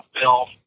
film